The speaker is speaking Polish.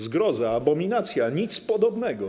Zgroza, abominacja, nic podobnego.